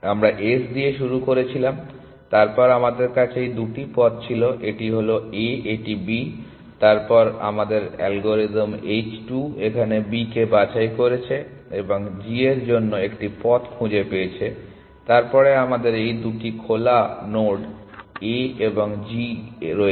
আমরা S দিয়ে শুরু করেছিলাম তারপর আমাদের কাছে এই দুটি পথ ছিল এটি হল A এটি B তারপর আমাদের অ্যালগরিদম h 2 এখানে B কে বাছাই করেছে এবং g এর জন্য একটি পথ খুঁজে পেয়েছে তারপরে আমাদের এই দুটি নোড খোলা A এবং G এ রয়েছে